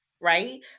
right